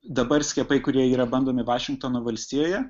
dabar skiepai kurie yra bandomi vašingtono valstijoje